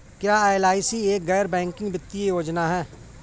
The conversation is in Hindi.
क्या एल.आई.सी एक गैर बैंकिंग वित्तीय योजना है?